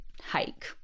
hike